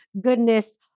goodness